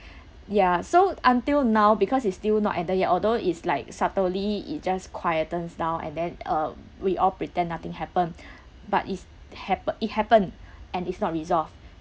ya so until now because it's still not ended yet although it's like subtly it just quietens down and then uh we all pretend nothing happen but it's hap~ it happened and it's not resolved